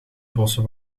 bossen